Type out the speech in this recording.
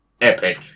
epic